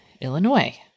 Illinois